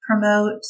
promote